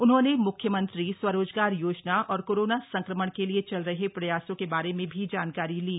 उन्होंने म्ख्यमंत्री स्वरोजगार योजना और कोरोना संक्रमण के लिए चल रहे प्रयासों के बारे में भी जानकारी ली